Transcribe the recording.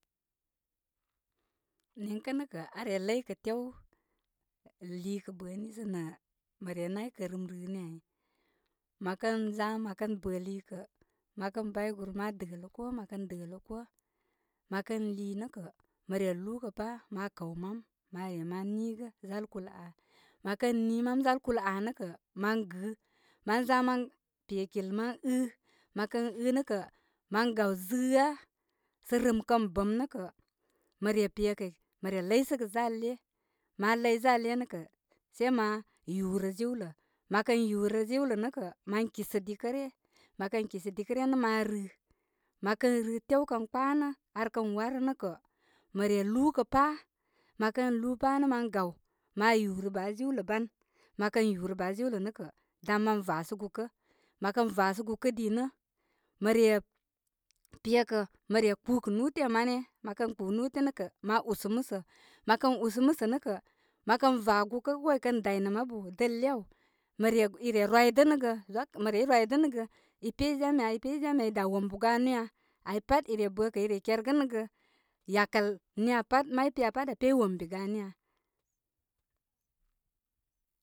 Niŋkə' nə' kə' aa re ləykə tew liikə bəni sə nə' mə rere naykə rɨm rɨni ani mə kən za mə kən bə liikə, mə kən bay gur ma dələ ko'o' mə kən dələ kōō mə kə lii nə' kə', mə re lūūkə pa' ma kəw mam mare ma niigə, zal kulə aa mən kən nii mam zal kulə aa nə' kə', mə gipus, mən za mə pe kil ma ɨɨ mə kə ɨɨ nə' kə man gaw zɨɨ a' kə rɨm kən bəm nə' kə' mə re pe kə' ma re ləysəgə' zal iyə ma ləy zal iyə nə' kə' sai ma yūūrə jiwlə ma kən yūūrə, jiwlə nə kə' mən kisə dikə'ryə mə kən kisə dikə ryə nə' ma rɨɨ. Mə kən fɨɨ tew kən kpanə' ar kən warə nə' kə' mə re lūūkə pa' mə kən lūū pa' nə' man gaw ma yūūrə ba fiwlə ban mə kə yūūrə ba jiwlə nə' kə' dan ma vasə gukə ma kən vasə gukə dii nə' kə' mə re pe kə', mə re kpūkə nūte' ma ne, mə kə kpū nūte nə katurun ma usə musə makənn usə musə nə' kə', mə kən va gūkə ko i kə day nə' ma bu dəl iyə aw mə re, i re rwidənəgə, mə rey rwidənəgə i pey jam ya, i pey jam ya, i da wombu ganu ya ai pat i bə i kergənəgə yakəl niya pat, may piya pat aa pey wombi ganiya.